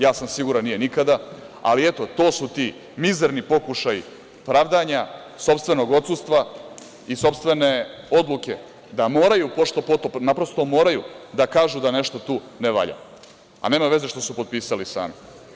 Ja sam siguran, nije nikada, ali, eto, to su ti mizerni pokušaji pravdanja sopstvenog odsustva i sopstvene odluke da moraju pošto-poto, naprosto, da kažu da nešto tu ne valja, a nema veze što su potpisali sami.